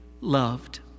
loved